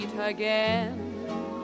again